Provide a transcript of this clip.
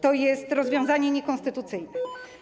To jest rozwiązanie niekonstytucyjne.